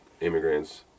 immigrants